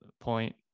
point